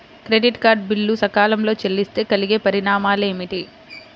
Credit card బిల్లు సకాలంలో చెల్లిస్తే కలిగే పరిణామాలేమిటి?